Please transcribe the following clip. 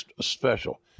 special